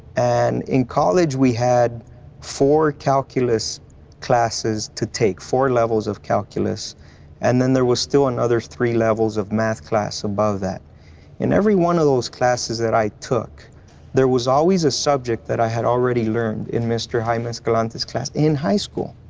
and in college we had four calculus classes to take, four levels of calculus and then there was still another three levels of math classes above that. and in every one of those classes that i took there was always a subject that i had already learned in mr. jaime escalante's class in high school.